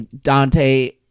Dante